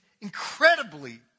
incredibly